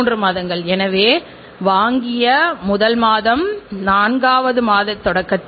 இன்று அவர்கள் சந்தைக்காக பாடுபடும் நிலை உருவாகி இருக்கிறது